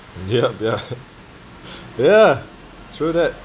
yup ya ya through that